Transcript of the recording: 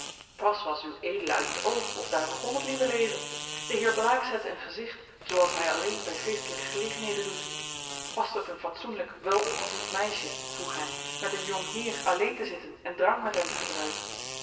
pas was ued uit het oog of daar begon het lieve leven de heer blaek zette een gezicht zooals hij alleen bij feestelijke gelegenheden doet past het een fatsoenlijk welopgevoed meisje vroeg hij met een jong heer alleen te zitten en drank met hem te gebruiken